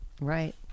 Right